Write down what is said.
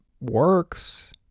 works